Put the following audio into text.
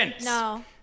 No